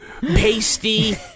pasty